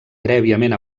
prèviament